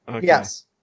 Yes